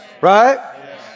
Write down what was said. Right